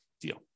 deal